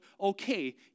okay